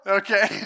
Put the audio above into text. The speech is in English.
okay